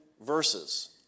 verses